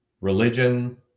religion